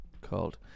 called